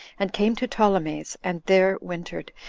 and came to ptolemais, and there wintered,